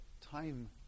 Time